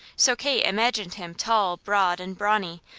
so kate imagined him tall, broad, and brawny,